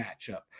matchup